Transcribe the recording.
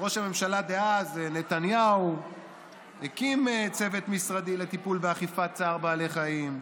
ראש הממשלה דאז נתניהו הקים צוות משרדי לטיפול באכיפת צער בעלי חיים.